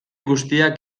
guztiak